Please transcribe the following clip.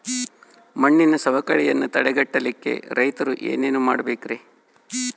ಮಣ್ಣಿನ ಸವಕಳಿಯನ್ನ ತಡೆಗಟ್ಟಲಿಕ್ಕೆ ರೈತರು ಏನೇನು ಮಾಡಬೇಕರಿ?